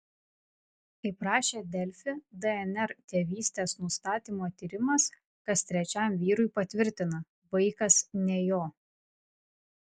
kaip rašė delfi dnr tėvystės nustatymo tyrimas kas trečiam vyrui patvirtina vaikas ne jo